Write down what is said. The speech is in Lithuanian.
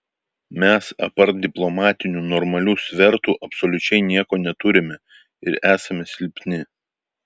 mes apart diplomatinių normalių svertų absoliučiai nieko neturime ir esame silpni